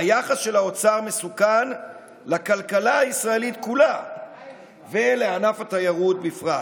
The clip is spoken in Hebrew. היחס של האוצר מסוכן לכלכלה הישראלית כולה ולענף התיירות בפרט.